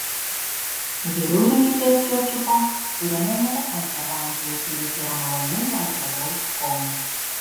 geriau rinkitės kečupą kuriame nėra konservantų ir kuris yra maloniai neutralaus skonio